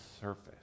surface